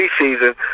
preseason